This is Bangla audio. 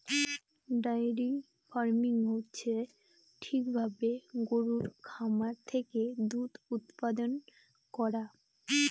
ডায়েরি ফার্মিং হচ্ছে ঠিক ভাবে গরুর খামার থেকে দুধ উৎপাদান করা